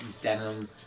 denim